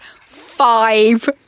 five